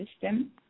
system